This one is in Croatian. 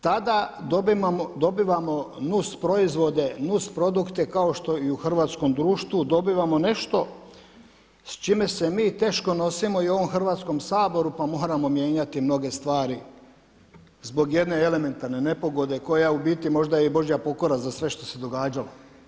Tada dobivamo nus proizvode, nus produkte kao što i u hrvatskom društvu dobivamo nešto s čime se mi teško nosimo i u ovom Hrvatskom saboru, pa moramo mijenjati mnoge stvari zbog jedne elementarne nepogode koja u biti je i božja pokora za sve što se događalo.